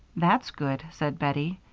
that's good, said bettie.